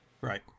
Right